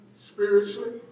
Spiritually